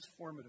transformative